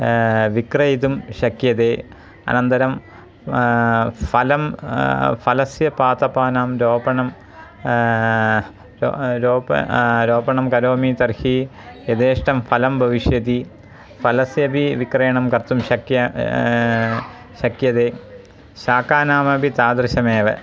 विक्रयितुं शक्यते अनन्तरं फलं फलस्य पादपानां आरोपणं रो आरोपः आरोपणं करोमि तर्हि यथेष्टं फलं भविष्यति फलस्यपि विक्रयणं कर्तुं शक्यं शक्यते शाकानामपि तादृशमेव